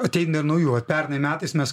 ateina naujų vat pernai metais mes